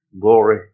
glory